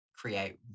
create